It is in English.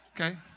Okay